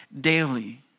daily